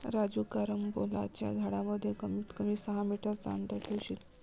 राजू कारंबोलाच्या झाडांमध्ये कमीत कमी सहा मीटर चा अंतर ठेवशील